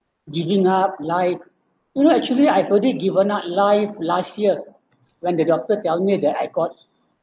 giving up like you know actually I've already given up life last year when the doctor tell me that I got